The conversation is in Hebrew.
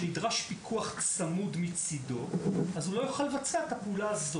ונדרש פיקוח צמוד מצדו אז הוא לא יוכל לבצע את הפעולה הזאת.